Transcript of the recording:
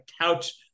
couch